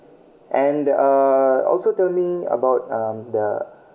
and the uh also tell me about um the